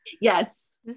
Yes